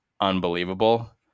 unbelievable